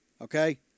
okay